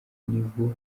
nibo